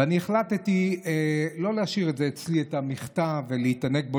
ואני החלטתי לא להשאיר אצלי את המכתב ולהתענג עליו